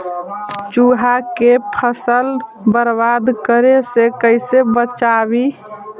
चुहा के फसल बर्बाद करे से कैसे बचाबी?